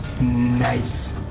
Nice